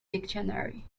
dictionary